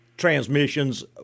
transmissions